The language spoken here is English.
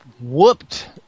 whooped